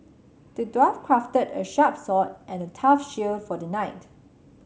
the dwarf crafted a sharp sword and a tough shield for the knight